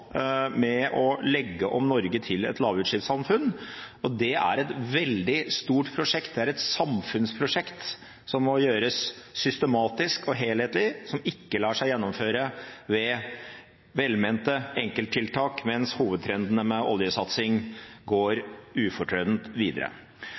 med å legge om Norge til et lavutslippssamfunn. Det er et veldig stort prosjekt. Det er et samfunnsprosjekt som må gjøres systematisk og helhetlig, og som ikke lar seg gjennomføre ved velmente enkelttiltak mens hovedtrendene med oljesatsing går